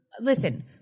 listen